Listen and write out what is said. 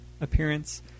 appearance